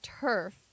turf